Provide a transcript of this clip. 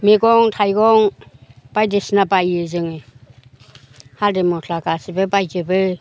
मैगं थाइगं बायदिसिना बायो जोङो हाल्दै मस्ला गासैबो बायजोबो